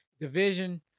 division